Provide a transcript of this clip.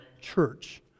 church